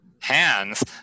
Hands